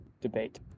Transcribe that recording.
debate